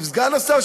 עם סגן השר,